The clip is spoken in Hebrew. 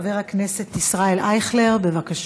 חבר הכנסת ישראל אייכלר, בבקשה.